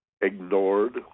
ignored